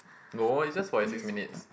no it's just forty six minutes